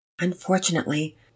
Unfortunately